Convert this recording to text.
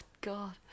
God